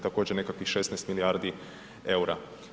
Također nekakvih 16 milijardi eura.